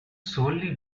solely